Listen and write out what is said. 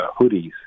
hoodies